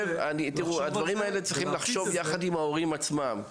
על הדברים האלה צריך לחשוב יחד עם ההורים עצמם.